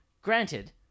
granted